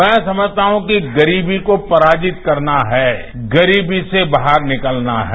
मैं समझता हूं कि गरीबी को पराजित करना है गरीबी से बाहर निकलना है